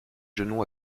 genoux